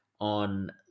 on